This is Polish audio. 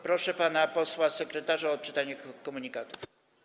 Proszę pana posła sekretarza o odczytanie komunikatów.